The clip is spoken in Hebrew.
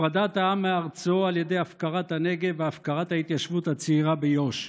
הפרדת העם מארצו על ידי הפקרת הנגב והפקרת ההתיישבות הצעירה ביו"ש,